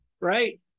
right